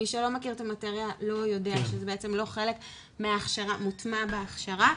מי שלא מכיר את המאטריה לא יודע שזה בעצם לא מוטמע בהכשרה.